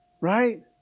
Right